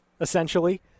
essentially